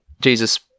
Jesus